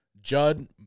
Judd